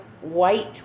White